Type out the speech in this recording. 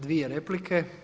Dvije replike.